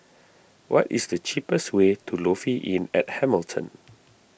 what is the cheapest way to Lofi Inn at Hamilton